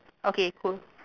okay cool